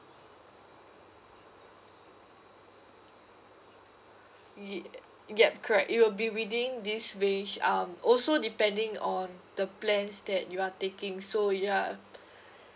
y~ yup correct it will be within this range um also depending on the plans that you're taking so ya